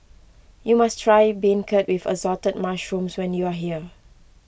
you must try Beancurd with Assorted Mushrooms when you are here